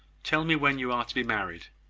tell me when you are to be married.